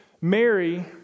Mary